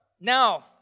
now